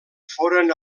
foren